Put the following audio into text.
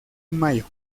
mayo